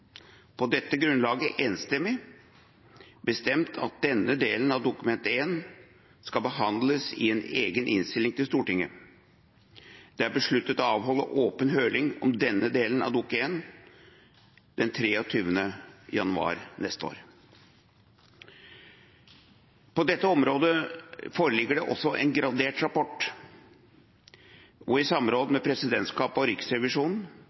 på dette grunnlaget enstemmig bestemt at denne delen av Dokument 1 skal behandles i en egen innstilling til Stortinget. Det er besluttet å avholde åpen høring om denne delen av Dokument 1 den 23. januar neste år. På dette området foreligger det også en gradert rapport, og i samråd med presidentskapet og Riksrevisjonen